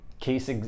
Case